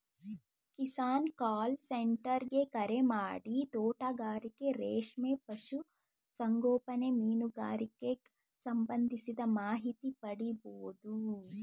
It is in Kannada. ಕಿಸಾನ್ ಕಾಲ್ ಸೆಂಟರ್ ಗೆ ಕರೆಮಾಡಿ ತೋಟಗಾರಿಕೆ ರೇಷ್ಮೆ ಪಶು ಸಂಗೋಪನೆ ಮೀನುಗಾರಿಕೆಗ್ ಸಂಬಂಧಿಸಿದ ಮಾಹಿತಿ ಪಡಿಬೋದು